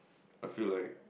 I feel like